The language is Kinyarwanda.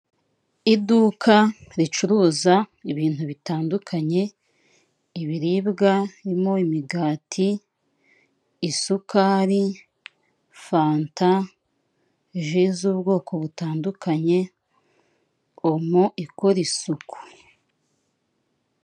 Iduka ricuruza ibintu bitandukanye ibiribwa birimo imigati isukari, fanta, ji z'ubwoko butandukanye omo ikora isuku.